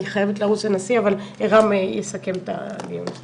אני חייבת לרוץ לנשיא אבל רם יסכם את הדיון.